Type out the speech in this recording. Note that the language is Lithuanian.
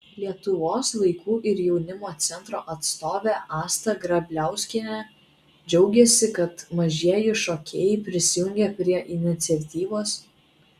lietuvos vaikų ir jaunimo centro atstovė asta grabliauskienė džiaugėsi kad mažieji šokėjai prisijungė prie iniciatyvos